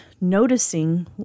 noticing